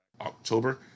October